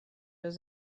was